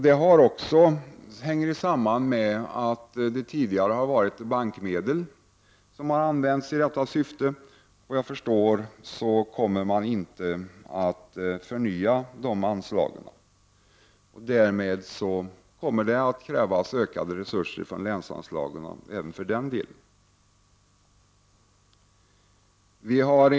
Detta hänger samman med att det tidigare var bankmedel som användes i detta syfte. Såvitt jag förstår kommer de anslagen inte att förnyas. Således kommer det, som sagt, att krävas att större resurser kan tas från länsanslagen även i det avseendet.